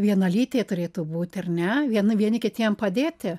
vienalytė turėtų būti ar ne viena vieni kitiem padėti